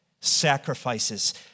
Sacrifices